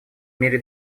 мире